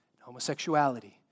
homosexuality